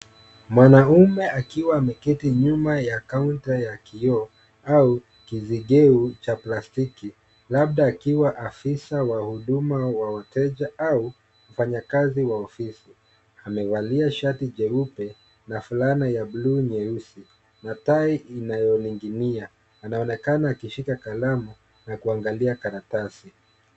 Mwanaume akiwa ameketi nyuma ya kaunta ya kioo, au kizigeu cha plastiki, labda akiwa afisa wa huduma wa wateja au mfanyakazi wa ofisi. Amevalia shati jeupe na fulana ya bluu nyeusi, na tai inayoning'inia, anaonekana akishika kalamu na kuangalia karatasi.